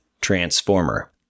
transformer